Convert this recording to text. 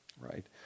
right